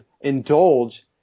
indulge